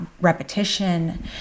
repetition